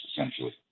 essentially